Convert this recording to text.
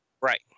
Right